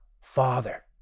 Father